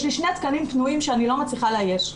יש לי שני תקנים פנויים שאני לא מצליחה לאייש.